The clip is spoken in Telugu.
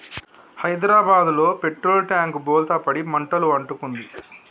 హైదరాబాదులో పెట్రోల్ ట్యాంకు బోల్తా పడి మంటలు అంటుకుంది